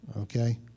okay